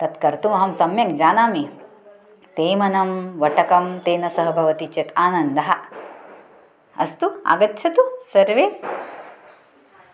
तत्कर्तुमहं सम्यक् जानामि तेमनं वटकं तेन सह भवति चेत् आनन्दः अस्तु आगच्छन्तु सर्वे